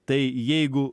tai jeigu